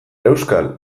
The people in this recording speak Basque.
euskal